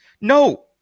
No